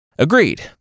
Agreed